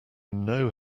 know